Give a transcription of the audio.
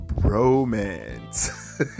romance